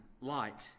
light